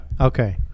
Okay